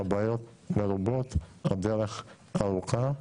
הבעיות מרובות, הדרך ארוכה,